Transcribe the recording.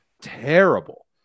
Terrible